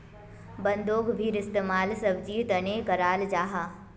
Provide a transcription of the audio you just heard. बन्द्गोभीर इस्तेमाल सब्जिर तने कराल जाहा